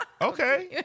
okay